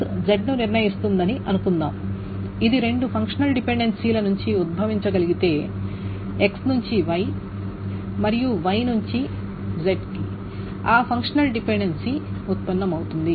X Z ను నిర్ణయిస్తుందని అనుకుందాం ఇది రెండు ఫంక్షనల్ డిపెండెన్సీల నుండి ఉద్భవించగలిగితే X నుండి Y X → Yకి మరియు Y నుండి ZY → Z కి ఆ ఫంక్షనల్ డిపెందెన్సీ ఉత్పన్నమవుతుంది